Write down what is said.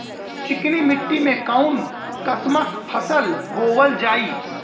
चिकनी मिट्टी में कऊन कसमक फसल बोवल जाई?